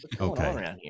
okay